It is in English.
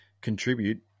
contribute